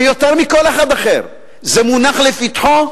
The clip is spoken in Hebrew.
שיותר מכל אחד אחר זה מונח לפתחו,